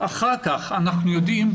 אחר כך אנחנו יודעים,